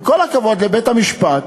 עם כל הכבוד לבית-המשפט,